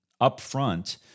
upfront